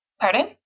pardon